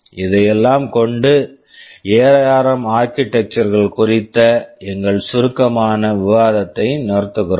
இதையெல்லாம் கொண்டு ARM ARM architectures architectures கள் குறித்த எங்கள் சுருக்கமான விவாதத்தை நிறுத்துகிறோம்